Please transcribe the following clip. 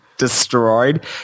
destroyed